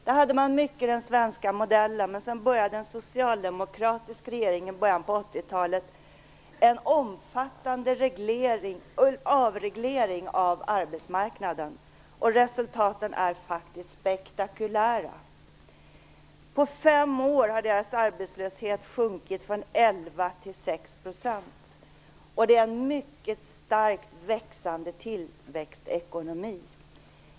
Där hade man mycket av den svenska modellen, men så började en socialdemokratisk regering i början på 1980-talet en omfattande avreglering av arbetsmarknaden. Resultaten är spektakulära. På fem år har deras arbetslöshet sjunkit från 11 till 6 %. Det är en mycket starkt växande tillväxtekonomi.